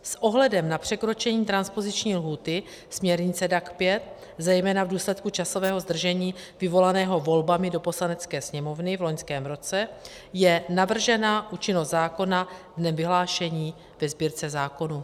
S ohledem na překročení transpoziční lhůty směrnice DAC 5, zejména v důsledku časového zdržení vyvolaného volbami do Poslanecké sněmovny v loňském roce, je navržena účinnost zákona dnem vyhlášení ve Sbírce zákonů.